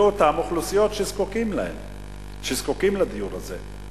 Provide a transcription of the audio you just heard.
לאותן אוכלוסיות שזקוקות לדיור הזה.